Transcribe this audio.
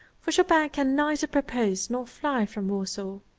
for chopin can neither propose nor fly from warsaw.